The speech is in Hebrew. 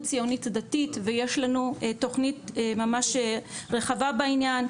ציונית דתית ויש לנו תוכנית ממש רחבה בעניין,